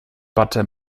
butter